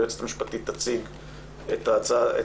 היועצת המשפטית של הוועדה תציג את הנוסח